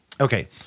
Okay